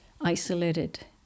isolated